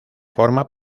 forma